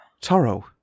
Toro